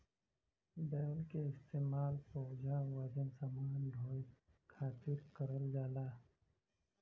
बैल क इस्तेमाल बोझा वजन समान ढोये खातिर करल जाला